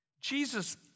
Jesus